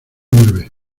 nueve